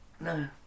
No